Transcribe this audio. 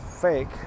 fake